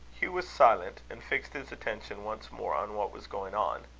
hugh was silent, and fixed his attention once more on what was going on.